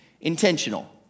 Intentional